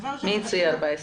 מי הציע 14 ימים?